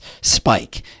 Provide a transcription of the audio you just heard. spike